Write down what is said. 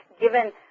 given